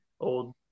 old